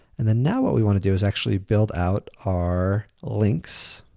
and then, now what we want to do is actually build out our links.